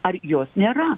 ar jos nėra